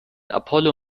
apollo